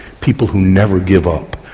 people who never give up,